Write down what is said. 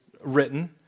written